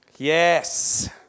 Yes